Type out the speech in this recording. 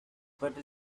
better